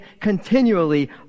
continually